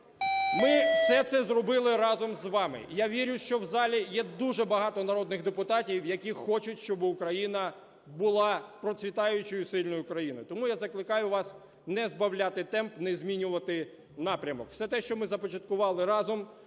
Ми все це зробили разом з вами. Я вірю, що в залі є дуже багато народних депутатів, які хочуть, щоб Україна була процвітаючою сильною країною. Тому я закликаю вас не збавляти темп, не змінювати напрямок. Усе те, що ми започаткували разом,